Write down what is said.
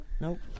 Nope